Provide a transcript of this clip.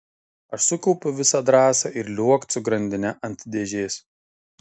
aš sukaupiau visą drąsą ir liuokt su grandine ant dėžės